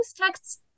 texts